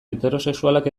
heterosexualak